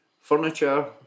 furniture